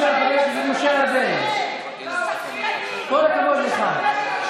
כל הכבוד לך.